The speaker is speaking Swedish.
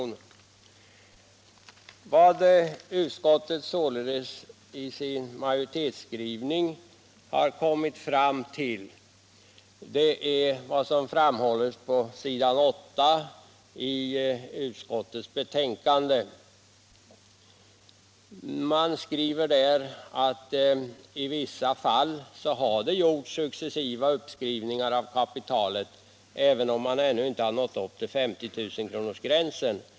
Vad utskottet således i sin majoritetsskrivning har kommit fram till framgår på s. 8 i betänkandet. Vi skriver där att det i vissa fall har gjorts successiva uppskrivningar av kapitalet även om man ännu inte har nått upp till 50 000-kronorsgränsen.